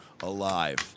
alive